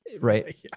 Right